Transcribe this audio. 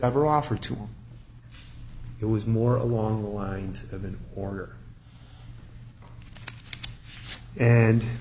ever offer to it was more along the lines of in order and